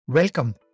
Welcome